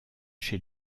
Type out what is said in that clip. chez